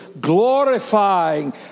Glorifying